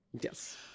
yes